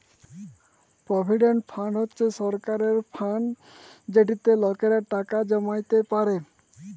provident fund হছে সরকারের fund যেটতে লকেরা টাকা জমাইতে পারে